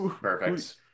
perfect